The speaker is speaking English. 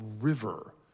river